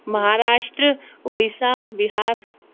Maharashtra Orissa Bihar